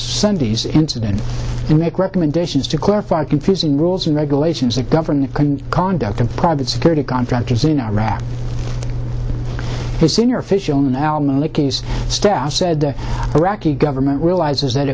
sunday's incident and make recommendations to clarify confusing rules and regulations that govern the conduct of private security contractors in iraq his senior official now staff said the iraqi government realizes that